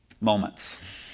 moments